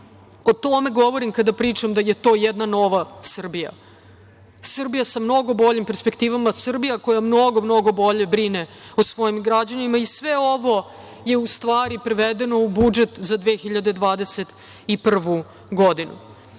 tome govorim kada pričam da je to jedna nova Srbija, Srbija sa mnogo boljim perspektivama, Srbija koja je mnogo, mnogo bolje brine o svojim građanima i sve ovo je u stvari prevedeno u budžet za 2021. godinu.Za